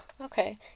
Okay